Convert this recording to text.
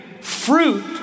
fruit